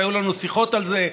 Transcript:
היו לנו שיחות על זה,